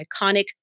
iconic